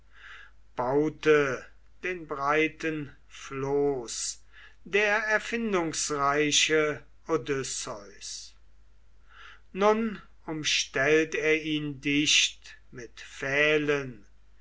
baute den breiten floß der erfindungsreiche odysseus nun umstellt er ihn dicht mit pfählen